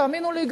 תאמינו לי,